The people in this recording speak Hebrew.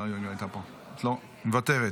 הרגע היית פה מוותרת,